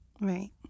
right